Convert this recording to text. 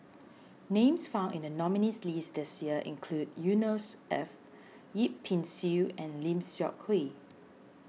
names found in the nominees' list this year include Yusnor Ef Yip Pin Xiu and Lim Seok Hui